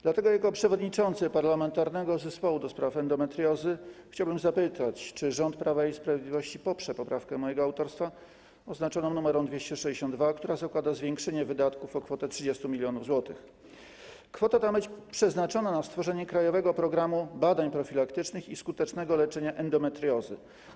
Dlatego jako przewodniczący Parlamentarnego Zespołu ds. Endometriozy chciałbym zapytać, czy rząd Prawa i Sprawiedliwości poprze poprawkę mojego autorstwa oznaczoną nr 262, która zakłada zwiększenie o 30 mln zł kwoty, która ma być przeznaczona na stworzenie krajowego programu badań profilaktycznych i skutecznego leczenia endometriozy.